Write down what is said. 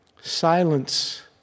silence